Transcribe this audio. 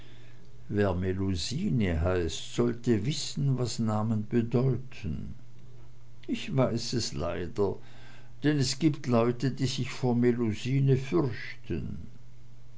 wer melusine heißt sollte wissen was namen bedeuten ich weiß es leider denn es gibt leute die sich vor melusine fürchten